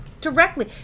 directly